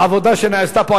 העבודה שנעשתה פה,